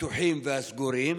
הפתוחים והסגורים,